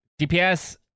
DPS